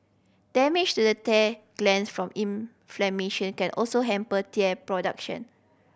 damage to the tire glands from inflammation can also hamper tear production